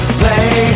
play